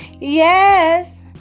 Yes